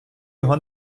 його